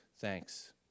thanks